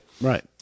Right